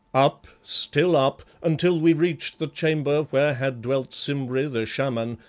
up, still up, until we reached the chamber where had dwelt simbri the shaman,